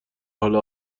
حال